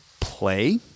play